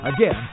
Again